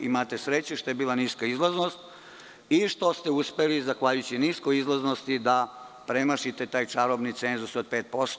Imate sreće što je bila niska izlaznost i što ste uspeli zahvaljujući niskoj izlaznosti da premašite taj čarobni cenzus od pet posto.